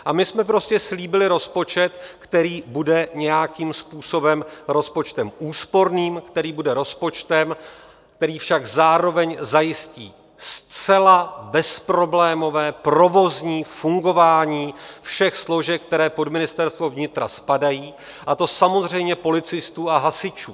A my jsme prostě slíbili rozpočet, který bude nějakým způsobem rozpočtem úsporným, který bude rozpočtem, který však zároveň zajistí zcela bezproblémové provozní fungování všech složek, které pod Ministerstvo vnitra spadají, a to samozřejmě policistů a hasičů.